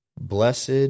Blessed